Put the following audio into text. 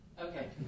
Okay